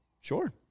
Sure